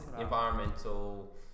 Environmental